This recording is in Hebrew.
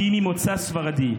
כי היא ממוצא ספרדי,